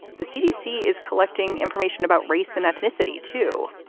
the cdc is collecting information about race and ethnicity, too.